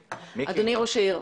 אדוני ראש העיר,